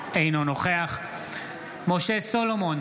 אינו נוכח משה סולומון,